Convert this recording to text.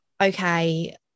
okay